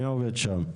מי עובד שם?